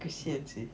kesian seh